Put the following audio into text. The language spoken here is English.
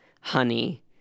honey